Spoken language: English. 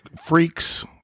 freaks